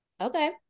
Okay